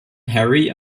harry